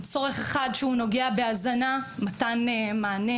צורך אחד שנוגע בהזנה ודואג למתן מענה